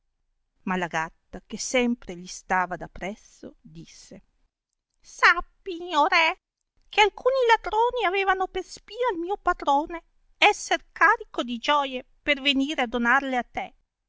ma la gatta che sempre gli stava da presso disse sappi o re che alcuni ladroni avevano per spia il mio patrone esser carico di gioie per venire a donarle a te